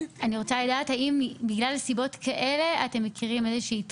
אני רוצה לדעת האם בגלל סיבות כאלה אתם מכירים איזושהי דחייה?